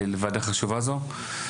לוועדה החשובה הזו.